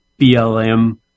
BLM